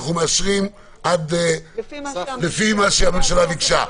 אנחנו מאשרים לפי מה שהממשלה ביקשה.